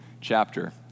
chapter